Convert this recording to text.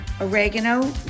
oregano